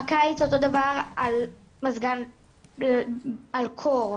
בקיץ אותו דבר על מזגן על קור,